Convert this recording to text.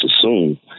assume